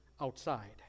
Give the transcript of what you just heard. outside